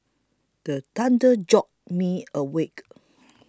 the thunder jolt me awake